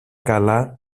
καλά